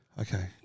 Okay